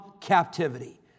captivity